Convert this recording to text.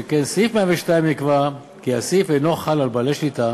שכן בסעיף 102 נקבע כי הסעיף אינו חל על בעלי שליטה,